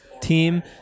team